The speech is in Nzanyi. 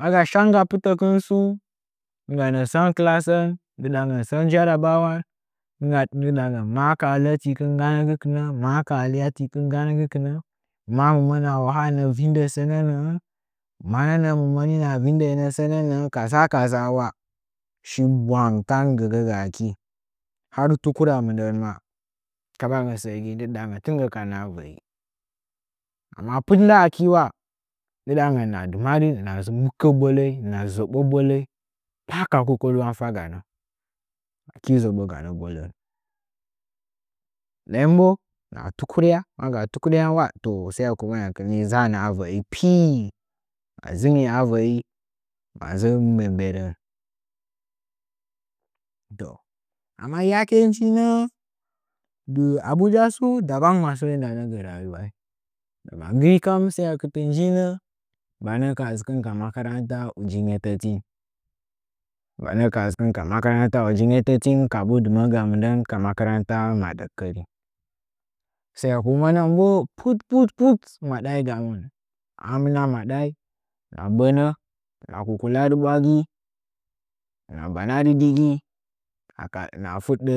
Ma ga shanga putəkɨn tsu nɨngganə sən hassən ndɨ ɗangən sən jarabawa ning ndɨdangən maa ka ələtikɨn ga nə kɨkɨnə bwang ka alyatikɨn maa nə’ə monə a wahannə vidə sənənə’ə mama nə’ə mɨ moninə sənə nə’ə kaza kaza wa shin bwang tan wa gəgəga aki har tukura mindan ula kal angən sə gi tɨn gi ka dzɨchi avəi amma pɨt ndaaki ula ndɨɗangən hɨna dɨmaddɨ bukə boləi hɨna ʒəɓo boləi ha ka kokolwan faganə aki zoɓoganə bolən nden bo hɨna tukurya maka tukuran wa fo yakekɨu nəngənkɨn dzaanə avə’i hɨna dzɨngi avə’i hɨna nggilə mgbirən to amma yakenjinə dɨ abuja tsu dabang ma səə ndana gə rayuwai ndama gaɨ kani yak- ekɨtə kam banə ks dzɨkɨn ka mskaran uji nge təti banə ka dzɨkɨn ka makaranta uji ngetəti ka mbu dimə’əga mɨndən ka makaranta mdəkərin sa’ekunənəngən bo put put put madai gamitin amɨ maɗai hina bənə hɨna kukulachi ɓwagi hɨna banaɗɨ digi hɨns ka hɨna fudɗə